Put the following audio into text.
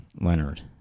Leonard